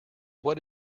what